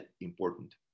important